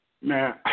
man